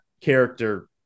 character